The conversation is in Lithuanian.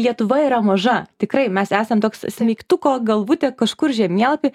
lietuva yra maža tikrai mes esam toks smeigtuko galvutė kažkur žemėlapy